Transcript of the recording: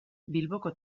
bilboko